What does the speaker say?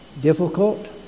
Difficult